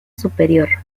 superior